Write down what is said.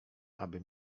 aby